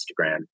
Instagram